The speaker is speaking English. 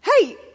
Hey